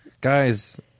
Guys